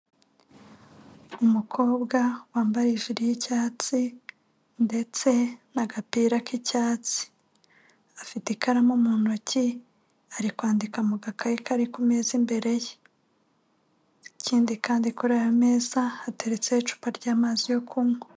Umukobwa wambaye ijiRI y'icyatsi ndetse n'agapira k'icyatsi, afite ikaramu mu ntoki ari kwandika mugakayi kari ku meza imbere ye, ikindi kandi kuri ayo meza hateretse icupa ry'amazi yo kunywa.